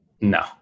No